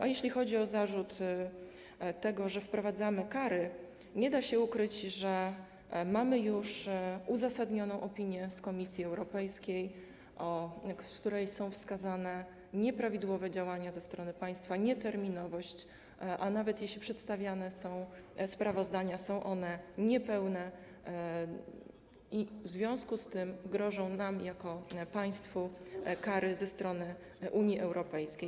A jeśli chodzi o zarzut, że wprowadzamy kary, to nie da się ukryć, że mamy już uzasadnioną opinię z Komisji Europejskiej, w której są wskazane nieprawidłowe działania ze strony państwa, nieterminowość, a nawet jeśli przedstawiane są sprawozdania, są one niepełne, w związku z czym grożą nam jako państwu kary ze strony Unii Europejskiej.